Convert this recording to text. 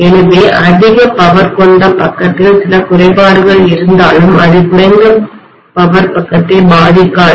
எனவே அதிக பவர் கொண்ட பக்கத்தில் சில குறைபாடுகள் இருந்தாலும் அது குறைந்த பவர் பக்கத்தை பாதிக்காது